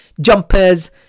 jumpers